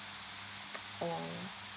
oh